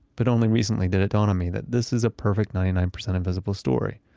but only recently did it dawn on me that this is a perfect ninety nine percent invisible story.